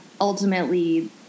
ultimately